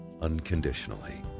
unconditionally